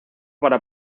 para